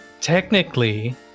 technically